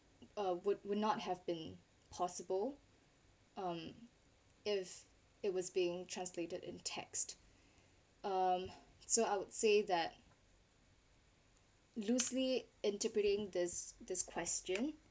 uh would would not have been possible um if it was being translated in text um so I would say that loosely interpreting this this question